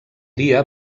dia